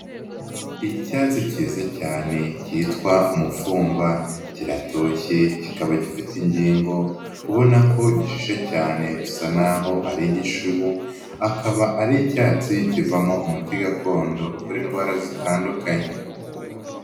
Icyatsi kiyiza cyane kitwa umufumba kiratoshye kikaba gifite ingingo, ubona ko gihishe cyane bisa naho ari igishibu, akaba ari icyatsi kivamo umuti gakondo uvura indwara zitandukanye.